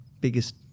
biggest